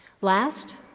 Last